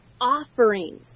offerings